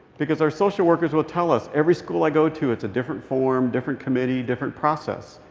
because our social workers will tell us, every school i go to, it's a different form, different committee, different process.